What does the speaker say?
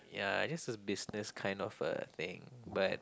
ya this is business kind of a thing but